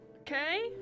Okay